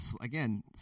again